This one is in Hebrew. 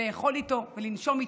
לאכול איתו ולנשום איתו,